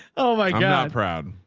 oh my god. do